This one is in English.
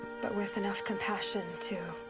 but with enough compassion. to.